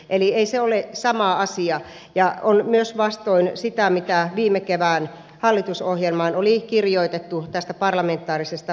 eli ei se ole sama asia ja se on myös vastoin sitä mitä viime kevään hallitusohjelmaan oli kirjoitettu tästä parlamentaarisesta valmistelusta